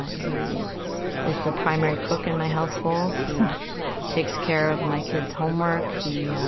he is the primary cook in my household. he takes care of my kids' homework. he,